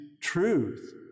truth